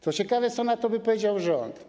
Ciekawe, co na to by powiedział rząd.